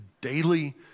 daily